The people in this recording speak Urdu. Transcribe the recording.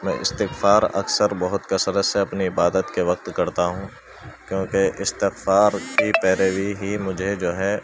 میں استغفار اکثر بہت کثرت سے اپنی عبادت کے وقت کرتا ہوں کیونکہ استغفار کی پیروی ہی مجھے جو ہے